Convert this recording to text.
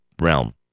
realm